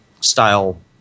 style